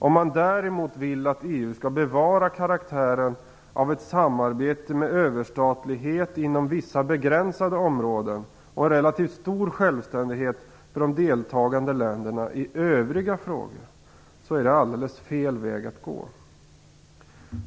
Om man däremot vill att EU skall bevara karaktären av ett samarbete med överstatlighet inom vissa begränsade områden och en relativt stor självständighet för de deltagande länderna i övriga frågor, så är det alldeles fel väg att gå.